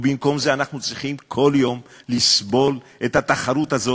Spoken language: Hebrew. ובמקום זה אנחנו צריכים כל יום לסבול את התחרות הזאת,